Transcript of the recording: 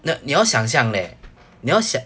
no 你要想象咧你要想